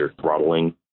throttling